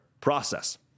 process